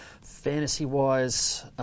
Fantasy-wise